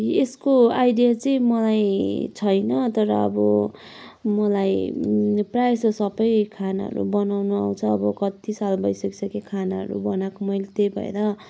यसको आइडिया चाहिँ मलाई छैन तर अब मलाई प्रायः जसो सबै खानाहरू बनाउनु आउँछ अब कति साल भइसकिसक्यो खानाहरू बनाको मैले त्यही भएर